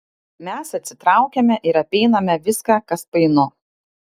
mes atsitraukiame ir apeiname viską kas painu